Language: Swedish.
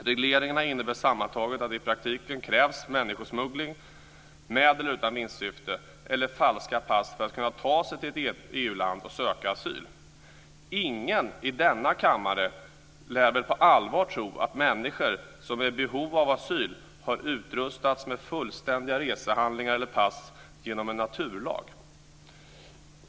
Regleringarna innebär sammantaget att det i praktiken krävs människosmuggling med eller utan vinstsyfte eller falska pass för att kunna ta sig till ett EU-land och söka asyl. Ingen i denna kammare lär väl på allvar tro att människor som är i behov av asyl har utrustats med fullständiga resehandlingar eller pass genom en naturlag.